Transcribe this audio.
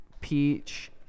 peach